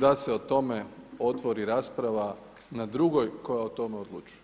da se o tome otvori rasprava na drugoj koja o tome odlučuje.